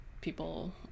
people